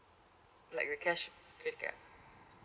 like the cash credit card